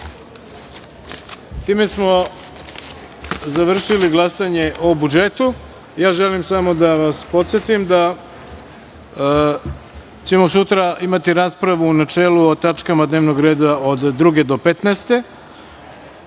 smo završili glasanje o budžetu. Želim samo da vas podsetim da ćemo sutra imati raspravu u načelu o tačkama dnevnog reda od 2. do 15.